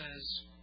says